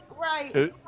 right